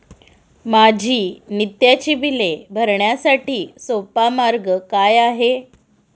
माझी नित्याची बिले भरण्यासाठी सोपा मार्ग काय आहे?